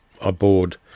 aboard